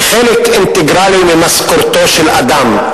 היא חלק אינטגרלי ממשכורתו של אדם.